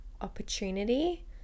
opportunity